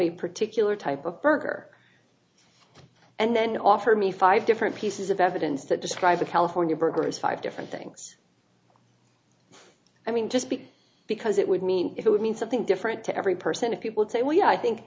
a particular type of burger and then offered me five different pieces of evidence that describe the california burgers five different things i mean just be because it would mean it would mean something different to every person if people say well you know i think